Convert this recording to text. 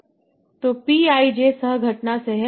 तो P i j सह घटना से है